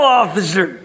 officer